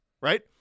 right